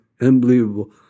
Unbelievable